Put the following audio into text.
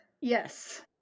Yes